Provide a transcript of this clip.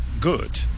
good